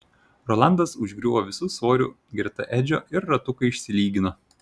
rolandas užgriuvo visu svoriu greta edžio ir ratukai išsilygino